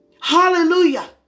Hallelujah